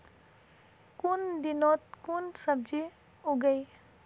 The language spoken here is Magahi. कुन दिनोत कुन सब्जी उगेई?